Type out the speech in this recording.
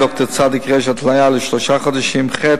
ד"ר צ"ר, התליה לשלושה חודשים, ח.